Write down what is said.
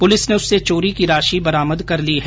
police ने उससे चोरी की राशि बरामद कर ली है